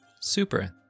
Super